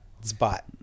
Spot